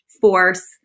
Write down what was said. force